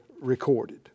recorded